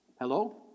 Hello